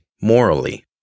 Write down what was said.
morally